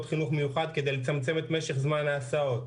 חינוך מיוחד כדי לצמצם את משך זמן ההסעות,